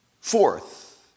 Fourth